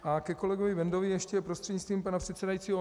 A ke kolegovi Bendovi ještě prostřednictvím pana předsedajícího.